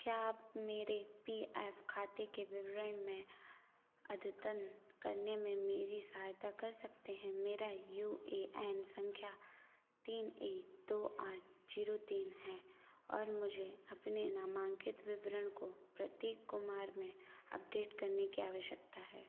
क्या आप मेरे पी एफ खाते के विवरण में अद्यतन करने में मेरी सहायता कर सकते हैं मेरा यू ए एन संख्या तीन एक दो आठ जीरो तीन है और मुझे अपने नामांकित विवरण को प्रतीक कुमार में अपडेट करने की आवश्यकता है